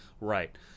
Right